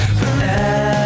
forever